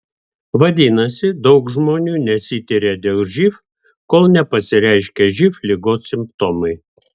vadinasi daug žmonių nesitiria dėl živ kol nepasireiškia živ ligos simptomai